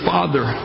Father